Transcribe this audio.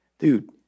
dude